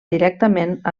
directament